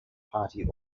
party